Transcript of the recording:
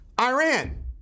Iran